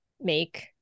make